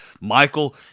Michael